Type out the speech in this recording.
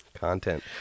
Content